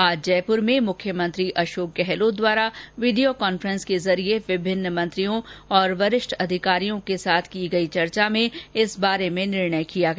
आज जयपुर में मुख्यमंत्री अशोक गहलोत द्वारा वीडियो कांफ्रेस के जरिये विभिन्न मंत्रियों और वरिष्ठ अधिकारियों के साथ की गई चर्चा में इस बारे में निर्णय किया गया